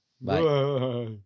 Bye